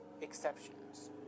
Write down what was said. exceptions